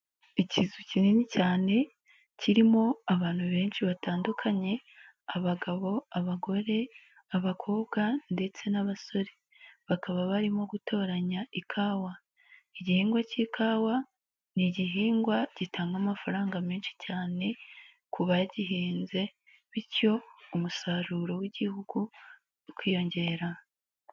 Ikizu kinini cyane kirimo abantu benshi batandukanye abagabo, abagore, abakobwa, ndetse n'abasore bakaba barimo gutoranya ikawa, igihingwa cy'ikawa n'igihingwa gitanga amafaranga menshi cyane ku bagihinze bityo umusaruro w'igihugu ukiyongera.